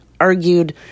argued